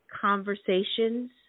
conversations